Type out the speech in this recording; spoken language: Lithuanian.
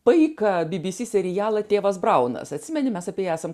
paiką bbc serialą tėvas braunas atsimeni mes apie jį esam